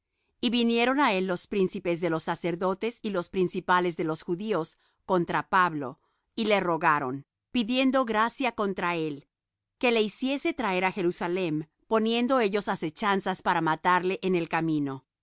y vinieron á él los príncipes de los sacerdotes y los principales de los judíos contra pablo y le rogaron pidiendo gracia contra él que le hiciese traer á jerusalem poniendo ellos asechanzas para matarle en el camino mas